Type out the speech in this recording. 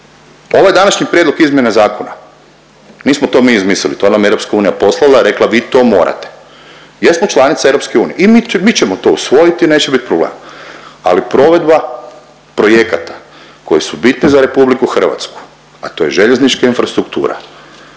Ovaj današnji prijedlog izmjena zakona, nismo to mi izmislili, to nam je EU poslala i rekla vi to morate. Jesmo članica EU i mi ćemo to usvojiti i neće bit problema, ali provedba projekata koji su bitni za RH, a to je željeznička infrastruktura